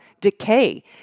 decay